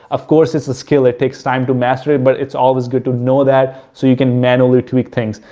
of course, it's a skill, it takes time to master it, but it's always good to know that so you can manually tweak things.